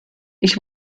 ich